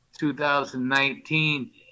2019